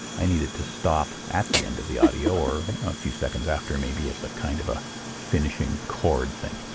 i need it to stop at the end of the audio or a few seconds after, maybe as a kind of a finishing cord thing.